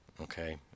Okay